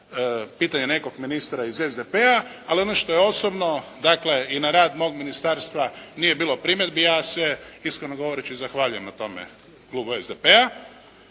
pitanje nekog ministra iz SDP-. Ali ono što je osobno dakle i na rad mog ministarstva nije bilo primjedbi, ja se iskreno govoreći zahvaljujem na tome klubu SDP-a